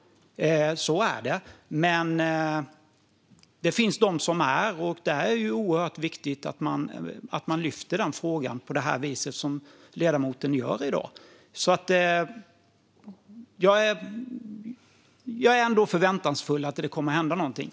Så är det, men det finns de som är det. Det är oerhört viktigt att man lyfter fram den frågan på det vis som ledamoten gör i dag. Jag är ändå förväntansfull inför att det kommer att hända någonting.